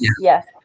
yes